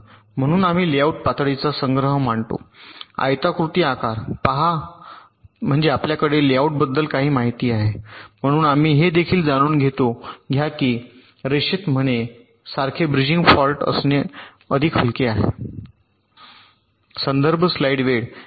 म्हणून आम्ही लेआउट पातळीचा संग्रह मानतो आयताकृती आकार पहा तर पहा म्हणजे आपल्याकडे लेआउटबद्दल काही माहिती आहे म्हणून आम्ही हे देखील जाणून घ्या की कोणत्या रेषेत म्हणे सारखे ब्रिजिंग फॉल्ट असणे अधिक हलके आहे